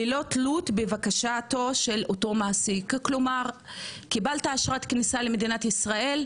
ללא תלות בבקשתו של אותו מעסיק" כלומר קיבלת אשרת כניסה למדינת ישראל,